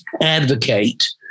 advocate